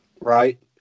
Right